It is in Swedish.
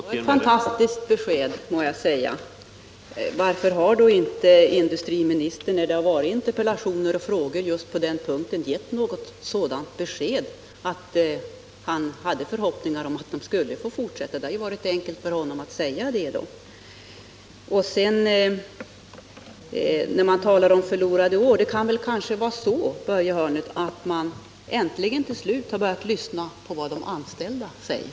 Herr talman! Det var ett fantastiskt besked, må jag säga. Varför har då inte industriministern när vi har ställt interpellationer och frågor just om detta gett ett sådant besked att han hade förhoppningar om att produktionen skulle få fortsätta? Det hade ju varit enkelt för honom att säga det. När det gäller förlorade år kan det kanske vara så, Börje Hörnlund, att man äntligen har börjat lyssna på vad de anställda säger.